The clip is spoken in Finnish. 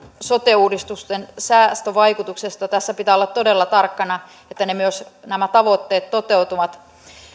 sote uudistuksen säästövaikutuksesta tässä pitää olla todella tarkkana että nämä tavoitteet myös toteutuvat